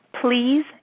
Please